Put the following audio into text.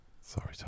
Sorry